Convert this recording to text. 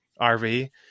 RV